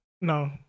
no